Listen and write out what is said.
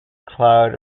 cloud